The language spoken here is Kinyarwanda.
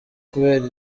kubera